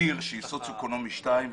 עיר שהיא סוציו אקונומי שתיים,